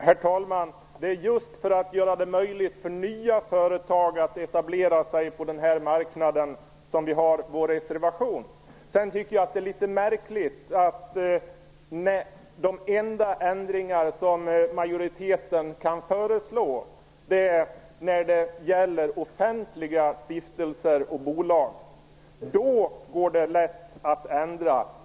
Herr talman! Det är just för att göra det möjligt för nya företag att etablera sig på den här marknaden som vi har avgivit vår reservation. Sedan tycker jag att det är litet märkligt att de enda ändringar som majoriteten kan föreslå gäller offentliga stiftelser och bolag. Då går det lätt att ändra.